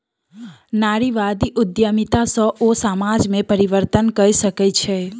नारीवादी उद्यमिता सॅ ओ समाज में परिवर्तन कय सकै छै